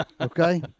okay